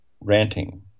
ranting